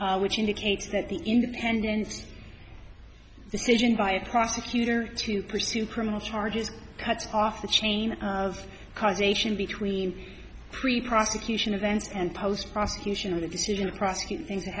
barney which indicates that the independence decision by a prosecutor to pursue criminal charges cut off the chain of causation between three prosecution events and post prosecution of the decision to prosecute things that